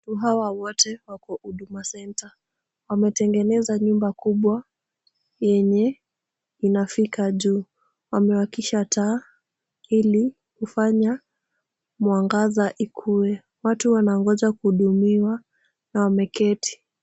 Watu hawa wote wako huduma center . Wametengeneza nyumba kubwa yenye inafika juu. Wamewakisha taa ili kufanya mwangaza ikuwe. Watu wanangoja kuhudumiwa na wameketi.